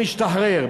משתחרר.